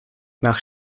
nach